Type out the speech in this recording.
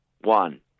One